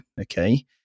Okay